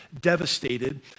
devastated